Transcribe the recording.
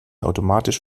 automatisch